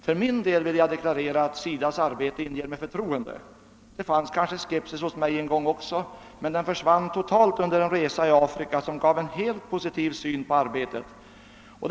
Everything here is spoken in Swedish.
För min del vill jag deklarera att SIDA :s verksamhet inger mig förtroende. En gång fanns det också hos mig en viss skepsis i det avseendet, men den försvann totalt under en resa i Afrika som gav mig en mycket positiv syn på arbetet där.